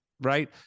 right